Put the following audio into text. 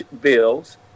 bills